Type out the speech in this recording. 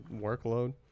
workload